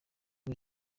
ubu